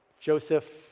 Joseph